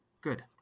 good